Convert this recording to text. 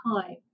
time